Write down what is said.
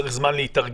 הוא צריך זמן להתארגן.